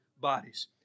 bodies